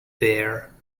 there